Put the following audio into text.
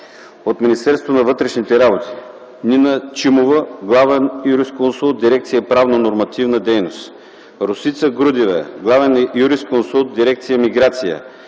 от Министерството на вътрешните работи: Нина Чимова – главен юрисконсулт в Дирекция „Правно-нормативна дейност”, Росица Грудева – главен юрисконсулт в Дирекция „Миграция”,